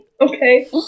Okay